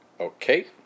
Okay